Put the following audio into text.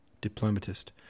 diplomatist